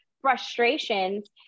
frustrations